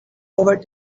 over